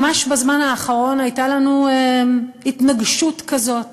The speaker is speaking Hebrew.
ממש בזמן האחרון הייתה לנו התנגשות כזאת